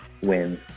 wins